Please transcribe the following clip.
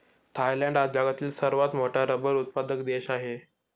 Thailand हा जगातील सर्वात मोठा रबर उत्पादक देश आहे